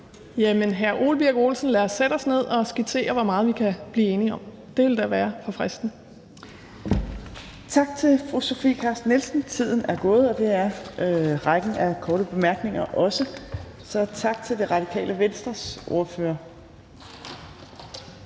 Jamen hr. Ole Birk Olesen, lad os sætte os ned og skitsere, hvor meget vi kan blive enige om. Det ville da være forfriskende. Kl. 15:24 Fjerde næstformand (Trine Torp): Tak til fru Sofie Carsten Nielsen. Tiden er gået, og det er rækken af korte bemærkninger også, så tak til Det Radikale Venstres ordfører.